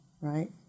right